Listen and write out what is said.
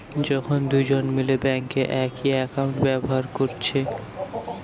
যখন দুজন মিলে বেঙ্কে একই একাউন্ট ব্যাভার কোরছে